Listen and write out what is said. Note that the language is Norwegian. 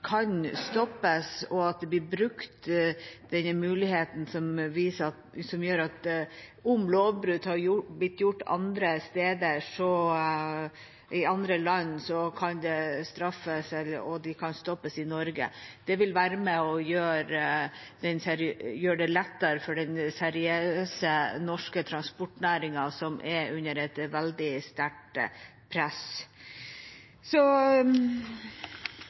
kan stoppes, og at det blir gjort bruk av den muligheten at om lovbrudd er blitt gjort i andre land, kan det straffes, og man kan stoppes i Norge. Det vil være med på å gjøre det lettere for den seriøse norske transportnæringen, som er under et veldig sterkt press.